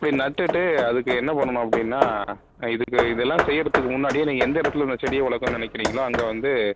இப்படி நட்டுவிட்டு அதுக்கு என்ன பண்ணணும் அப்படின்னா இதுக்கு இதெலாம் செய்கிறத்துக்கு முன்னாடி நீங்கள் எந்த இடத்துல அந்த செடியை வளர்க்கணுன்னு நினைக்கிறிங்களோ அங்கே வந்து